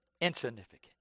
insignificant